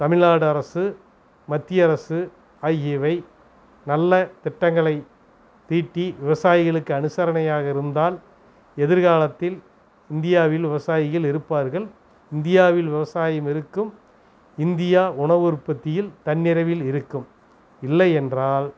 தமிழ்நாடு அரசு மத்திய அரசு ஆகியவை நல்ல திட்டங்களைத் தீட்டி விவசாயிகளுக்கு அனுசரணையாக இருந்தால் எதிர்காலத்தில் இந்தியாவில் விவசாயிகள் இருப்பார்கள் இந்தியாவில் விவசாயம் இருக்கும் இந்தியா உணவு உற்பத்தியில் தன்னிறைவில் இருக்கும் இல்லை என்றால்